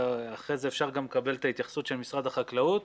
ואפשר אחר כך לקבל התייחסות משרד החקלאות,